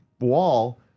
wall